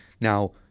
Now